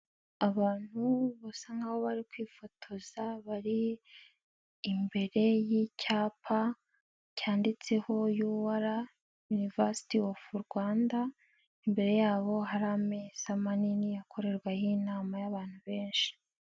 Abantu basa nkaho bari kwifotoza bari imbere y'icyapa cyanditseho yu ara yunivasiti ofu Rwanda, imbere yabo hari ameza manini akorerwaho inama y'abantu benshi.